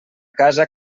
casa